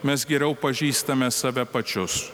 mes geriau pažįstame save pačius